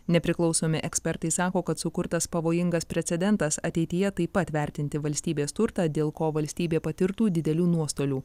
nepriklausomi ekspertai sako kad sukurtas pavojingas precedentas ateityje taip pat vertinti valstybės turtą dėl ko valstybė patirtų didelių nuostolių